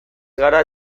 gara